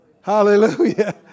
Hallelujah